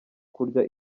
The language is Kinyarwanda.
kurya